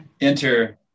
Enter